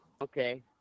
okay